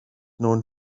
known